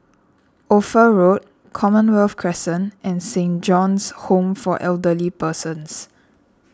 Ophir Road Commonwealth Crescent and Saint John's Home for Elderly Persons